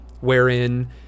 wherein